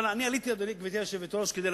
אתה מעלה את המס העקיף על אוכלוסיות חלשות,